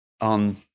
on